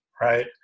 right